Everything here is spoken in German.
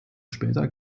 später